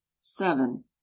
seven